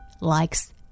likes